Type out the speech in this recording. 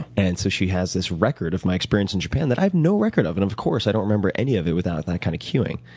and so she has this record of my experience in japan that i have no record of, and of course i don't remember any of it without that kind of cuing.